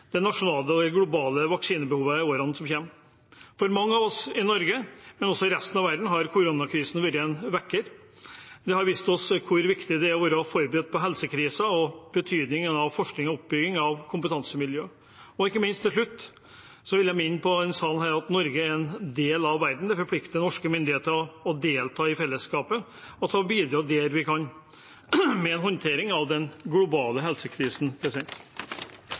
det nasjonale og globale vaksinebehovet i årene som kommer. For mange av oss i Norge, men også for resten av verden har koronakrisen vært en vekker. Den har vist oss hvor viktig det er å være forberedt på helsekriser og betydningen av forskning og oppbygging av kompetansemiljøer. Til slutt vil jeg minne salen om at Norge er en del av verden. Det forplikter norske myndigheter til å delta i fellesskapet og til å bidra der vi kan med håndtering av den globale helsekrisen.